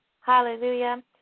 Hallelujah